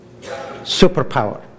superpower